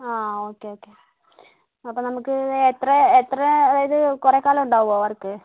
ആ okay okay അപ്പോൾ നമുക്ക് എത്ര എത്ര അതായത് കുറേക്കാലം ഉണ്ടാവുമോ വർക്ക്